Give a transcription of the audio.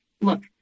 Look